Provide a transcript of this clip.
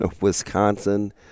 Wisconsin